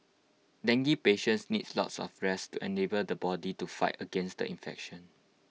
dengue patients need lots of rest to enable the body to fight against the infection